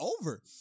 over